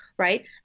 right